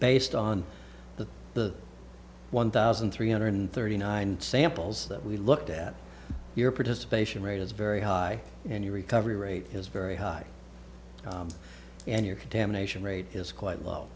based on the one thousand three hundred thirty nine samples that we looked at your participation rate is very high and your recovery rate is very high and your contamination rate is quite low